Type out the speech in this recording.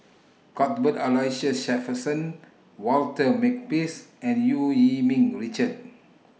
Cuthbert Aloysius Shepherdson Walter Makepeace and EU Yee Ming Richard